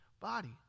body